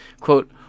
quote